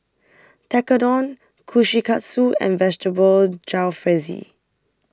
Tekkadon Kushikatsu and Vegetable Jalfrezi